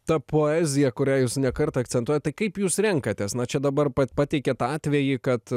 ta poezija kurią jūs ne kartą akcentuojat tai kaip jūs renkatės na čia dabar pat pateikėt tą atvejį kad